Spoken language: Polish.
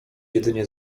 jedynie